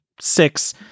Six